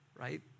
right